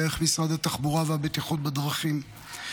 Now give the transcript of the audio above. דרך משרד התחבורה והבטיחות בדרכים,